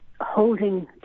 holding